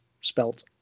spelt